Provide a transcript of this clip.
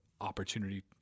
opportunity